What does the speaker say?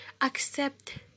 accept